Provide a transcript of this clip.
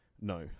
no